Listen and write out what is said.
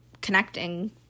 connecting